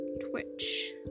Twitch